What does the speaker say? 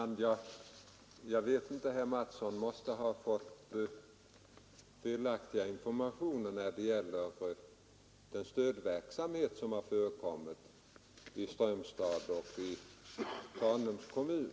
Herr talman! Herr Mattsson i Skee måste ha fått felaktiga informationer om den stödverksamhet som förekommer i Strömstad och i Tanums kommun.